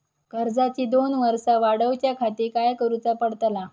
कर्जाची दोन वर्सा वाढवच्याखाती काय करुचा पडताला?